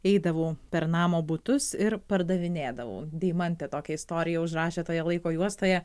eidavau per namo butus ir pardavinėdavau deimantė tokią istoriją užrašė toje laiko juostoje